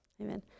Amen